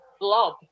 blob